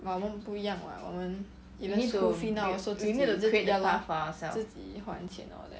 but 我们不一样 [what] 我们 school fee now also 自己自己还钱 all that